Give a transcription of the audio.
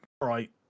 Right